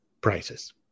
prices